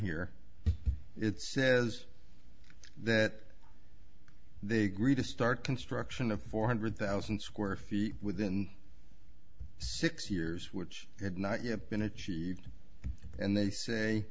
here it says that they agreed to start construction of four hundred thousand square feet within six years which had not yet been achieved and they say